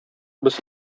без